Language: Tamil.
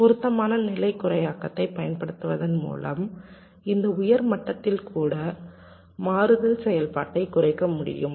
பொருத்தமான நிலை குறியாக்கத்தைப் பயன்படுத்துவதன் மூலம் இந்த உயர் மட்டத்தில் கூட மாறுதல் செயல்பாட்டைக் குறைக்க முடியும்